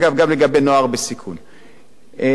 חבר הכנסת עפו אגבאריה,